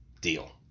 deal